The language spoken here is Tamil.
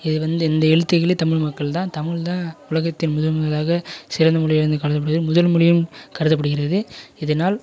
இது வந்து இந்த எழுத்துகளே தமிழ் மக்கள் தான் தமிழ் தான் உலகத்தின் முதல் முதலாக சிறந்த மொழின்னு வந்து கருதப்படுது முதல் மொழியும் கருதப்படுகிறது இதனால்